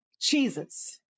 Jesus